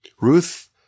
Ruth